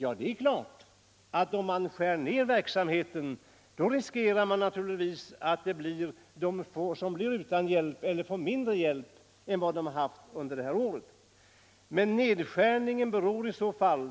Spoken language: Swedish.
Ja, om man skär ned denna verksamhet, riskerar man självfallet att en del blir utan hjälp eller får mindre hjälp än under detta år. Men ned skärningen beror i så fall